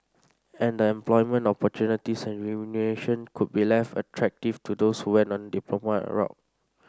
and the employment opportunities and remuneration could be less attractive to those who went on a diploma route